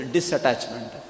Disattachment